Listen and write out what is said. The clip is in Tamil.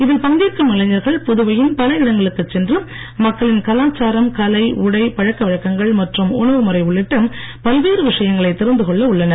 இதில் பங்கேற்கும் இளைஞர்கள் புதுவையின் பல இடங்களுக்குச் சென்று மக்களின் கலாச்சாரம் கலை உடை பழக்கவழக்கங்கள் மற்றும் உணவுமுறை உள்ளிட்ட பல்வேறு விஷயங்களைத் தெரிந்து கொள்ள உள்ளனர்